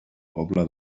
pobla